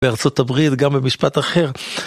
בארה״ב גם במשפט אחר.